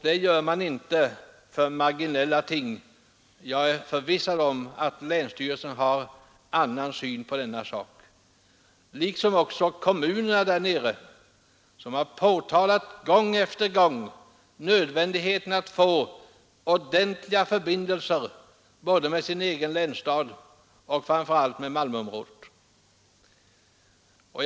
Det gör man inte för marginella ting. Jag är förvissad om att länsstyrelsen har en annan syn på denna sak, liksom också kommunerna där nere, som gång efter gång har påtalat nödvändigheten av att få ordentliga förbindelser både med sin egen länsstad och, framför allt, med Malmöområdet.